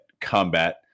combat